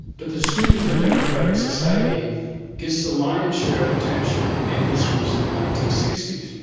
but the students for a democratic society gets the lion's share of attention in histories of the nineteen sixty s.